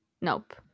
nope